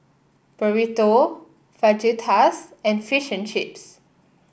Burrito Fajitas and Fish and Chips